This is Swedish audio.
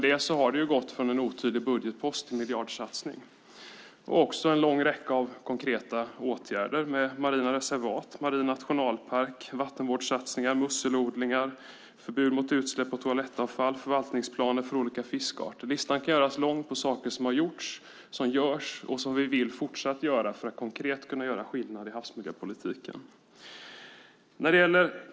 De har gått från att vara en otydlig budgetpost till en miljardsatsning och en lång räcka av konkreta åtgärder med marina reservat, marin nationalpark, vattenvårdssatsningar, musselodlingar, förbud mot utsläpp av toalettavfall, förvaltningsplaner för olika fiskarter. Listan kan göras lång på saker som har gjorts, som görs och som vi fortsatt vill göra för att konkret kunna göra skillnad i havsmiljöpolitiken.